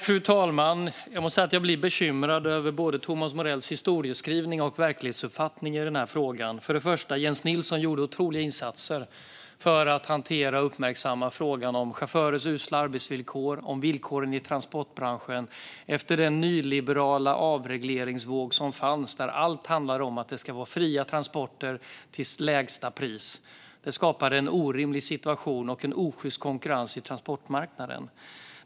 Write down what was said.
Fru talman! Jag måste säga att jag blir bekymrad över både Thomas Morells historieskrivning och verklighetsuppfattning i den här frågan. Jens Nilsson gjorde otroliga insatser för att hantera och uppmärksamma frågan om chaufförers usla arbetsvillkor och villkoren i transportbranschen efter den nyliberala avregleringsvåg som fanns, där allt handlade om att det ska vara fria transporter till lägsta pris. Det skapade en orimlig situation och en osjyst konkurrens på transportmarknaden.